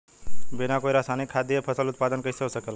बिना कोई रसायनिक खाद दिए फसल उत्पादन कइसे हो सकेला?